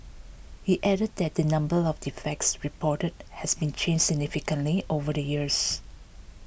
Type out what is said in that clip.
he added that the number of defects reported has not changed significantly over the years